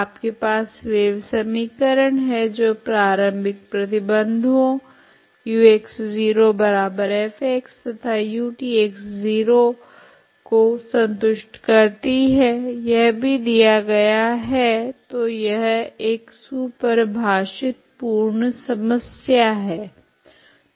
आपके पास वेव समीकरण है जो प्रारम्भिक प्रतिबंधों ux0f तथा utx0 को संतुष्ट करती है यह भी दिया गया है तो यह एक सुपरिभाषित पूर्ण समस्या है